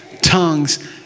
tongues